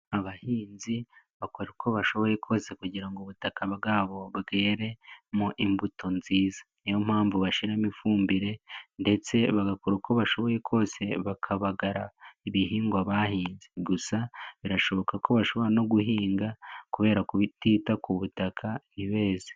Abahinzi bakora uko bashoboye kose kugira ngo ubutaka bwabo bweremo imbuto nziza niyo mpamvu bashiramo ifumbire ndetse bagakora uko bashoboye kose bakabagara ibihingwa bahinze, gusa birashoboka ko bashobora no guhinga kubera kutita ku butaka ntibeze.